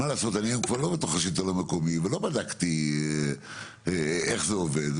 מה לעשות אני כבר לא בתוך השלטון המקומי ולא בדקתי איך זה עובד,